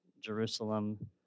Jerusalem